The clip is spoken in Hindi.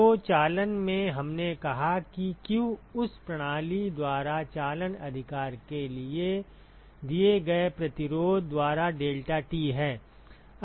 तो चालन में हमने कहा कि q उस प्रणाली द्वारा चालन अधिकार के लिए दिए गए प्रतिरोध द्वारा डेल्टा T है